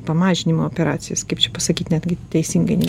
pamažinimo operacijas kaip čia pasakyt netgi teisingai